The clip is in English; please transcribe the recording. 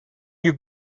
you